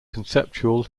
conceptual